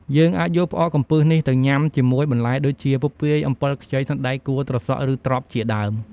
យើងអាចយកផ្អកកំពឹសនេះទៅញុំាជាមួយបន្លែដូចជា ពពាយ អំបិលខ្ចី សណ្ដែកកួរ ត្រសក់ ឬ ត្រប់ជាដើម។